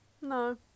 No